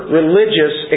religious